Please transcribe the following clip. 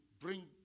bring